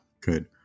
Good